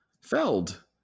Feld